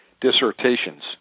dissertations